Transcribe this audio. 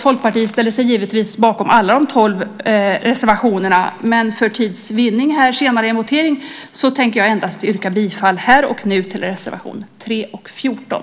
Folkpartiet står givetvis bakom alla de tolv reservationer där det finns med, men för tids vinning vid voteringen senare i dag yrkar jag bifall här och nu endast till reservationerna 3 och 14.